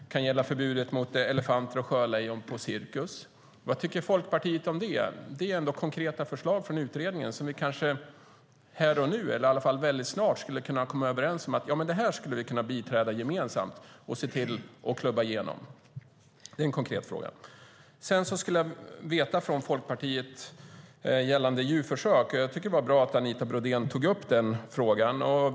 Det kan gälla förbudet mot elefanter och sjölejon på cirkus. Vad tycker Folkpartiet om det? Det är ändå konkreta förslag från utredningen som vi här och nu, eller i alla fall mycket snart, skulle kunna komma överens om att stödja gemensamt och se till att klubba igenom. Detta är en konkret fråga. Jag skulle vilja ställa en fråga till Folkpartiet gällande djurförsök. Jag tycker att det var bra att Anita Brodén tog upp denna fråga.